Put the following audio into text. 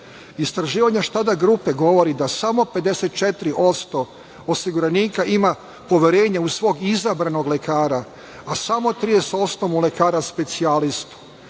Istraživanje Štada grupe govori da samo 54% osiguranika ima poverenje u svog izabranog lekara, a samo 30% u lekara specijalistu.